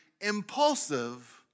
impulsive